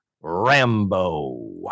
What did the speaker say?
rambo